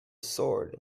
sword